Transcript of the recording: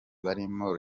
barimo